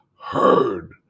heard